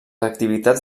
activitats